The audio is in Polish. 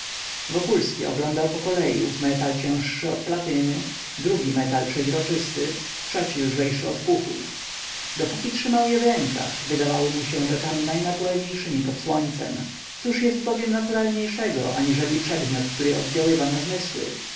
wokulski oglądał pokolei ów metal cięższy od platyny drugi metal przezroczysty trzeci lżejszy od puchu dopóki trzymał je w rękach wydawały mu się rzeczami najnaturalniejszemi pod słońcem cóż jest bowiem naturalniejszego aniżeli przedmiot który oddziaływa na zmysły